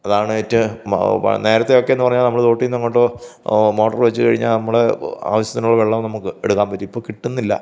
അതാണ് ഏറ്റവും നേരത്തെയൊക്കെ എന്ന് പറഞ്ഞാൽ നമ്മള് തോട്ടിൽ നിന്ന് അങ്ങോട്ട് മോട്ടർ വെച്ച് കഴിഞ്ഞാൽ നമ്മള് ആവശ്യത്തിനുള്ള വെള്ളം നമുക്ക് എടുക്കാൻ പറ്റും ഇപ്പോൾ കിട്ടുന്നില്ല